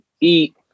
eat